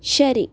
ശരി